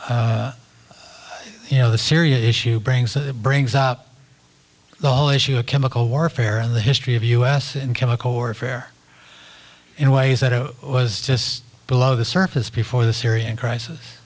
and you know the syria issue brings brings up the whole issue of chemical warfare and the history of us in chemical warfare in ways that was just below the surface before the syrian crisis